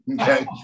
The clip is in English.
okay